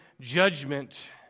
judgment